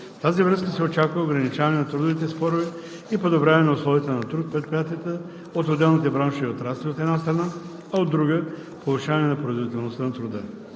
тази връзка се очаква ограничаване на трудовите спорове и подобряване на условията на труд в предприятията от отделните браншове и отрасли, от една страна, а от друга – повишаване на производителността на труда;